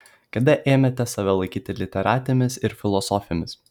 kada ėmėte save laikyti literatėmis ir filosofėmis